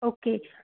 okay